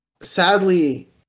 sadly